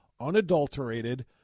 unadulterated